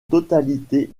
totalité